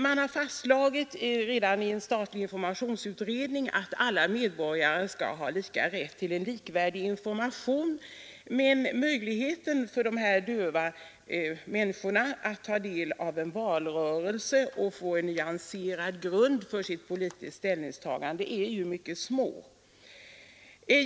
Man har redan i en statlig informationsutredning fastslagit att alla medborgare skall ha rätt till likvärdig information, men möjligheterna för de döva människorna att ta del av en valrörelse och få en nyanserad grund för sitt politiska ställningstagande är mycket små.